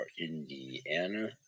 Indiana